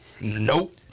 Nope